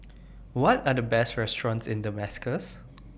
What Are The Best restaurants in Damascus